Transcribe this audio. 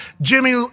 Jimmy